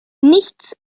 nichts